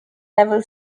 level